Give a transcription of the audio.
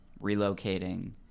relocating